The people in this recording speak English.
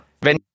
wenn